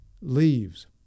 leaves